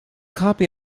copy